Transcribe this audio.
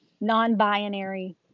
non-binary